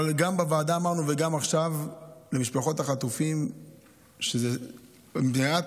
אבל גם בוועדה וגם עכשיו אמרנו למשפחות החטופים שזה מעט,